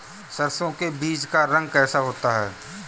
सरसों के बीज का रंग कैसा होता है?